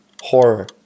Horror